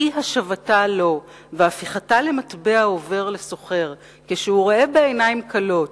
אי-השבתה לו והפיכתה למטבע עובר לסוחר כשהוא רואה בעיניים כלות